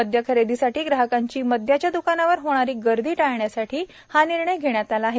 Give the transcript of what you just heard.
मदय खरेदीसाठी ग्राहकांची मदयाच्या दुकानांवर होणारी गर्दी टाळण्यासाठी हा निर्णय घेण्यात आला आहे